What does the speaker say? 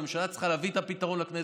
הממשלה צריכה להביא את הפתרון לכנסת.